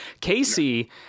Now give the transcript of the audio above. Casey